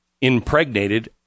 impregnated